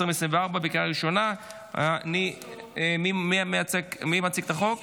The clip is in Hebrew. אושרה בקריאה ראשונה ותעבור לדיון בוועדת